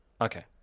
Okay